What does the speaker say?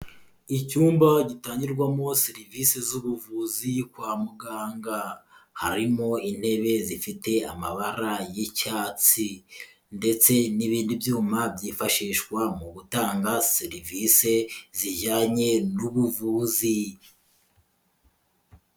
Icyumba gitangirwamo serivisi z'ubuvuzi kwa muganga. Harimo intebe zifite amabara y'icyatsi ndetse n'ibindi byuma byifashishwa mu gutanga serivisi zijyanye n'ubuvuzi.